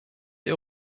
der